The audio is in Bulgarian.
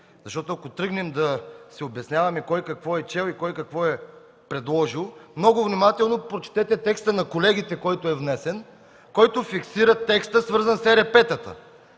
Ако тръгнем да си обясняваме кой какво е чел и кой какво е предложил, много внимателно прочетете текста на колегите, който е внесен, който фиксира текста свързан с ЕРП-та.